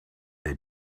they